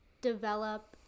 develop